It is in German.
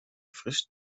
frisch